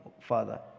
Father